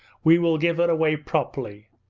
we will give her away properly.